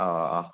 ꯑꯧ ꯑꯧ ꯑꯧ